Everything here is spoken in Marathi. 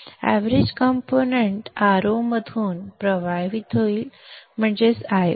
एवरेज कंपोनेंट्स Ro मधून प्रवाहित होईल म्हणजेच Io